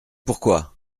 pourquoi